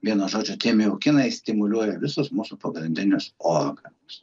vienu žodžiu tie miokinai stimuliuoja visus mūsų pagrindinius organus